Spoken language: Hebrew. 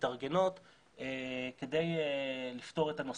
מתארגנות כדי לפתור את הנושא,